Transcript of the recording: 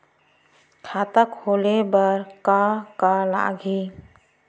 खाता खोले बार का का लागही?